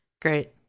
Great